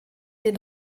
den